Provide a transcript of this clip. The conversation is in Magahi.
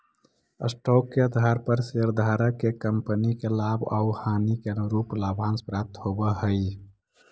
स्टॉक के आधार पर शेयरधारक के कंपनी के लाभ आउ हानि के अनुरूप लाभांश प्राप्त होवऽ हई